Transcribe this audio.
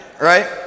right